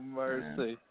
mercy